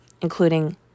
including